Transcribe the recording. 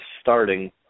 starting